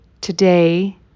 Today